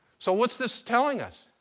so what's this telling us?